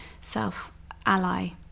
self-ally